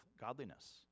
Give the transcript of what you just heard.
godliness